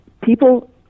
people